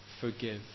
forgive